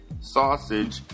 sausage